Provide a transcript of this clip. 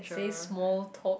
say small talk